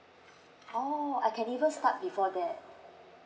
oh I can even start before that